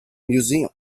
museum